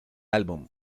álbum